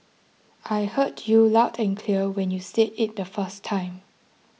I heard you loud and clear when you said it the first time